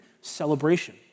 celebration